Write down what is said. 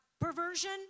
perversion